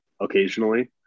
occasionally